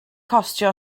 costio